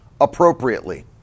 appropriately